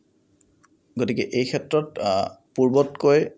গতিকে এই ক্ষেত্ৰত পূৰ্বতকৈ